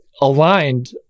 aligned